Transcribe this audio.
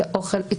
את האוכל,